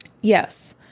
yes